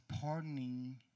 pardoning